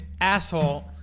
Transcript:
asshole